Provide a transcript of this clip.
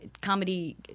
comedy